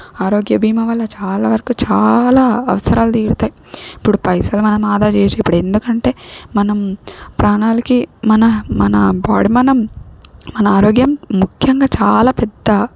ఆరోగ్య బీమా వల్ల చాలా వరకు చాలా అవసరాలు తీరుతాయి ఇప్పుడు పైసలు మనం ఆదా చేసి ఇప్పుడు ఎందుకంటే మనం ప్రాణాలకి మన మన బాడి మనం మన ఆరోగ్యం ముఖ్యంగా చాలా పెద్ద